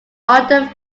ardent